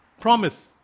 promise